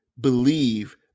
believe